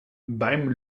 beim